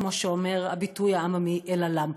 כמו שאומר הביטוי העממי, אל הלמפה.